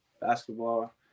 basketball